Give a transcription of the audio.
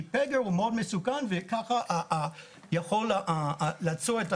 כי פגר הוא מאוד מסוכן וככה המחלה מופצת.